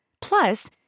Plus